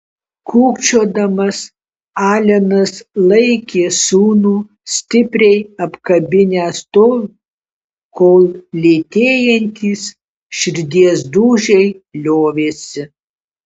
kūkčiodamas alenas laikė sūnų stipriai apkabinęs tol kol lėtėjantys širdies dūžiai liovėsi